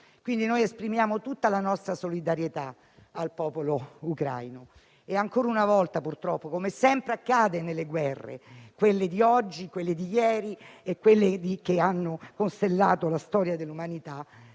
Continente. Esprimiamo tutta la nostra solidarietà al popolo ucraino. Ancora una volta, purtroppo, come sempre accade nelle guerre (quelle di oggi e quelle di ieri, che hanno costellato la storia dell'umanità),